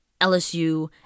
LSU